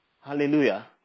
Hallelujah